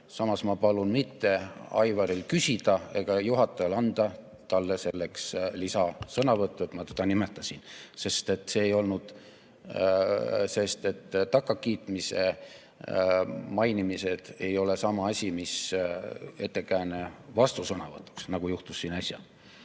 Samas ma palun Aivaril mitte küsida ega juhatajal anda talle selleks lisasõnavõttu, et ma teda nimetasin, sest kiites mainimine ei ole sama asi, mis ettekääne vastusõnavõtuks, nagu juhtus siin äsja.